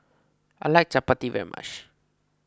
I like Chappati very much